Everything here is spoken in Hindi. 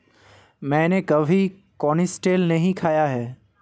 मैंने कभी कनिस्टेल नहीं खाया है